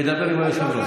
נדבר עם היושב-ראש.